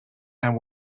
and